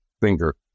finger